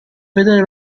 vedere